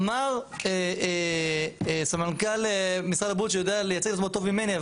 אמר סמנכ"ל משרד הבריאות שיודע לייצג את עצמו טוב ממני,